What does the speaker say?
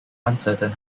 uncertain